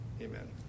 amen